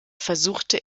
versuchte